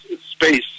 space